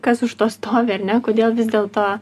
kas už to stovi ar ne kodėl vis dėlto